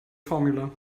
formula